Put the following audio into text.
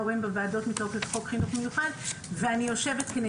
של הרשויות שיושבים בוועדות האלה כי אני חושבת שיש פה פער גדול.